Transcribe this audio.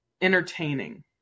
entertaining